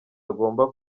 agomba